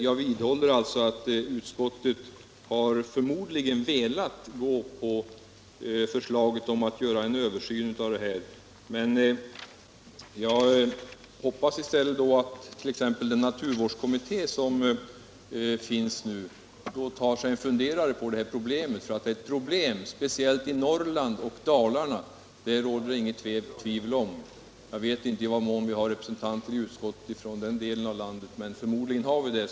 Jag vidhåller att utskottet borde ha tillstyrkt förslaget att göra en översyn av frågan. Jag hoppas då att i stället den naturvårdskommitté som nu finns tar sig en funderare på problemet. Att det är ett problem, speciellt i Norrland och i Dalarna, råder det inget tvivel om. Jag vet inte om det finns några representanter i utskottet för den delen av landet, men förmodligen finns det det.